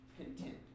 content